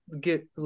get